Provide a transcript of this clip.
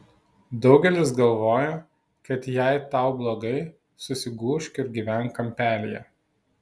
daugelis galvoja kad jei tau blogai susigūžk ir gyvenk kampelyje